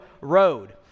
Road